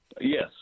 Yes